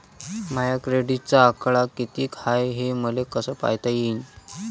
माया क्रेडिटचा आकडा कितीक हाय हे मले कस पायता येईन?